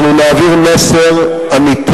אנחנו נעביר מסר אמיתי